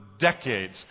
decades